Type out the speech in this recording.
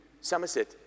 Somerset